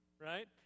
right